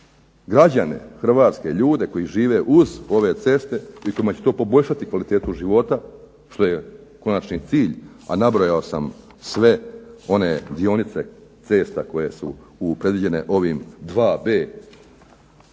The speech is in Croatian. građane Hrvatske ljude koji žive uz ove ceste, mislim da će to poboljšati kvalitetu života, što je konačni cilj, a nabrojao sam sve one dionice cesta koje su predviđene ovim 2B